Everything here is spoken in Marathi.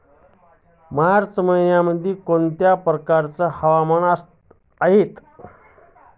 मार्च महिन्यामध्ये कोणत्या प्रकारचे हवामान असते?